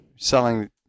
Selling